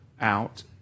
out